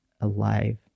alive